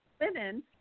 women